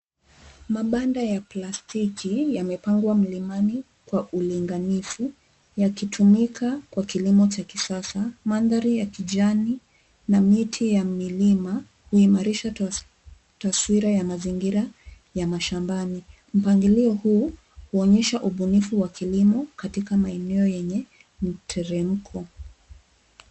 Mabanda ya plastiki, yamepangwa mlimani kwa ulinganifu yakitumika kwa kilimo cha kisasa. Mandhari ya kijani na miti ya milima huimarisha taswira ya mazingira ya mashambani. Mpangilio huu huonyesha ubunifu wa kilimo katika maeneo yenye mteremko.